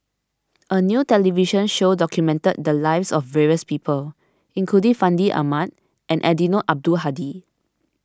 a new television show documented the lives of various people including Fandi Ahmad and Eddino Abdul Hadi